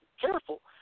careful